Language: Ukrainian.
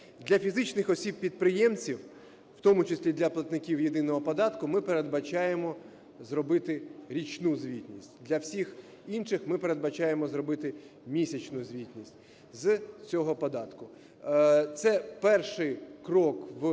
Для фізичних осіб-підприємців, в тому числі, для платників єдиного податку, ми передбачаємо зробити річну звітність, для всіх інших ми передбачаємо зробити місячну звітність з цього податку. Це перший крок в